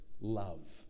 love